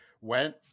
went